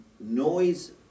noise